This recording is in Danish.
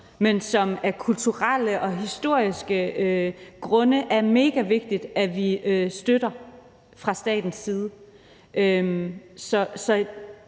men som det af kulturelle og historiske grunde er megavigtigt at vi støtter fra statens side.